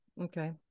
Okay